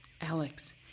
Alex